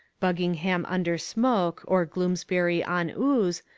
buggingham-under-smoke, or gloomsbury-on-ooze,